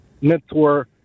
mentor